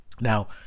now